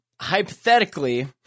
hypothetically